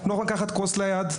הם לא יכולים לקחת כוס ליד.